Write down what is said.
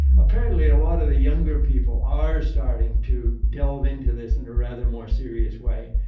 apparently a lot of the younger people are starting to delve into this in a rather more serious way.